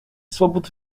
swobód